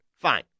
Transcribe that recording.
Fine